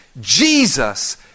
Jesus